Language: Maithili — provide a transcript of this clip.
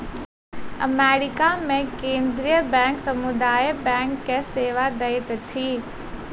अमेरिका मे केंद्रीय बैंक समुदाय बैंक के सेवा दैत अछि